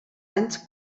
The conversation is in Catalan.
anys